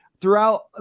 throughout